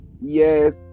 Yes